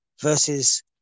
versus